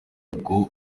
nubwo